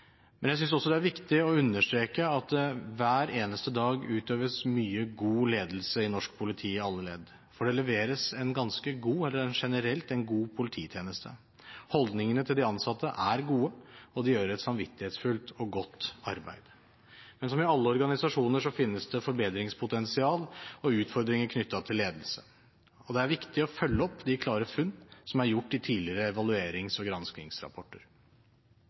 Jeg synes også det er viktig å understreke at det hver eneste dag utøves mye god ledelse i norsk politi i alle ledd, for det leveres generelt en god polititjeneste. Holdningene til de ansatte er gode, og de gjør et samvittighetsfullt og godt arbeid. Men som i alle organisasjoner finnes det forbedringspotensial og utfordringer knyttet til ledelse, og det er viktig å følge opp de klare funn som er gjort i tidligere evaluerings- og granskingsrapporter.